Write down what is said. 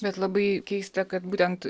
bet labai keista kad būtent